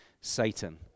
Satan